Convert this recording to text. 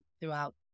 throughout